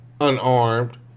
unarmed